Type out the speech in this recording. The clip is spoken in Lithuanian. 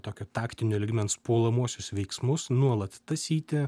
tokio taktinio lygmens puolamuosius veiksmus nuolat tasyti